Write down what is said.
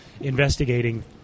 investigating